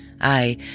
I